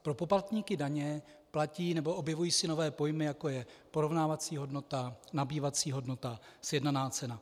Pro poplatníky daně platí, nebo objevují se nové pojmy, jako je porovnávací hodnota, nabývací hodnota, sjednaná cena.